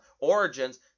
origins